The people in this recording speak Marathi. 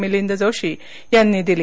मिलिंद जोशी यांनी दिली